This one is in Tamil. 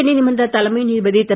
உச்ச நீதிமன்ற தலைமை நீதிபதி திரு